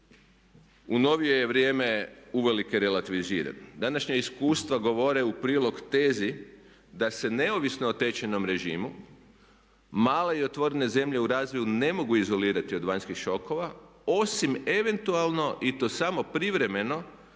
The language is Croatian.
u novije je vrijeme uvelike relativiziran. Današnja iskustva govore u prilog tezi da se neovisno o tečajnom režimu male i otvorene zemlje u razvoju ne mogu izolirati od vanjskih šokova osim eventualno i to samo privremeno